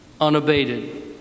unabated